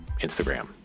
Instagram